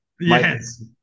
Yes